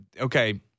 okay